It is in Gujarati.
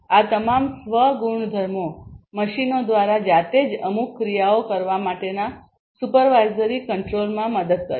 આ તમામ સ્વ ગુણધર્મો મશીનો દ્વારા જાતે જ અમુક ક્રિયાઓ કરવા માટેના સુપરવાઇઝરી કંટ્રોલમાં મદદ કરશે